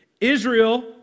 Israel